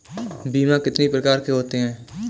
बीमा कितनी प्रकार के होते हैं?